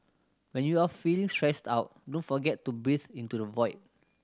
when you are feeling stressed out don't forget to breathe into the void